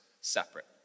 separate